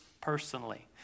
personally